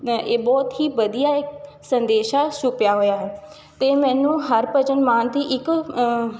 ਇਹ ਬਹੁਤ ਹੀ ਇ ਵਧੀਆ ਸੰਦੇਸ਼ਾ ਛੁਪਿਆ ਹੋਇਆ ਹੈ ਅਤੇ ਮੈਨੂੰ ਹਰਭਜਨ ਮਾਨ ਦੀ ਇੱਕ